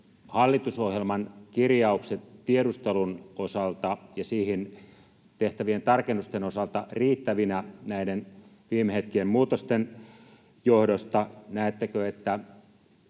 hallitusohjelman kirjaukset tiedustelun osalta ja siihen tehtävien tarkennusten osalta riittävinä näiden viime hetkien muutosten johdosta? Näettekö, että